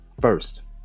first